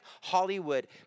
Hollywood